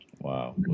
Wow